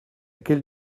quelle